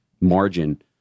margin